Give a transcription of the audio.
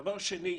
דבר שני,